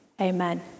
Amen